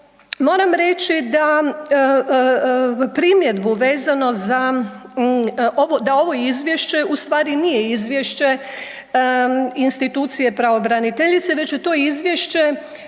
Moram reći da primjedbu vezanu za, ovo da ovo izvješće u stvari nije izvješće institucije pravobraniteljice već je to izvješće